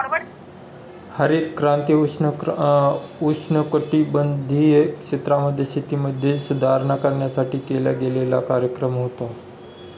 हरित क्रांती उष्णकटिबंधीय क्षेत्रांमध्ये, शेतीमध्ये सुधारणा करण्यासाठी केला गेलेला कार्यक्रम होता